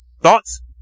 Thoughts